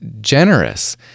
generous